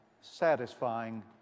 satisfying